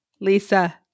Lisa